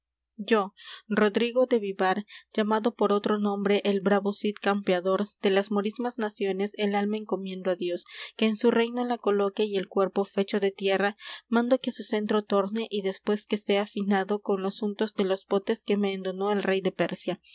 yo rodrigo de vivar llamado por otro nombre el bravo cid campeador de las morismas naciones el alma encomiendo á dios que en su reino la coloque y el cuerpo fecho de tierra mando que á su centro torne y después que sea finado con los untos de los botes que me endonó el rey de persia